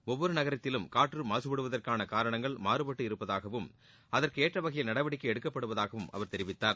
ஒவ்வொரு நகரத்திலும் காற்று மாசுபடுவதற்கான காரணங்கள் மாறுபட்டு இருப்பதாகவும் அதற்கு ஏற்றவகையில் நடவடிக்கை எடுக்கப்படுவதாகவும் அவர் தெரிவித்தார்